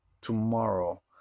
tomorrow